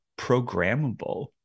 programmable